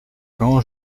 quand